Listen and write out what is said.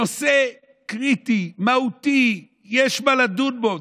נושא קריטי ומהותי שיש מה לדון בו.